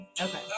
Okay